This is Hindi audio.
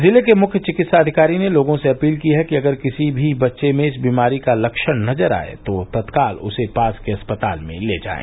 जिले के मुख्य चिकित्साधिकारी ने लोगों से अपील की है कि अगर किसी भी बच्चे में इस बीमारी का लक्षण नजर आये तो तत्काल उसे पास के अस्पताल में ले जायें